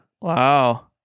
Wow